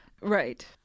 right